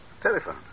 Telephone